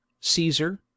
Caesar